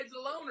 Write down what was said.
alone